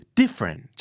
different